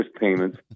payments